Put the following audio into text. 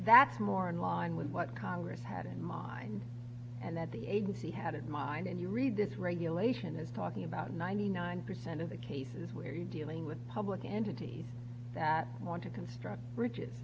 that's more in line with what congress had in mind and that the agency had in mind when you read this regulation is talking about ninety nine percent of the cases where you're dealing with public entities that want to construct bridges